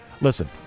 listen